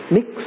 Mix